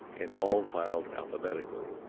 and all filed alphabetically.